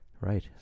Right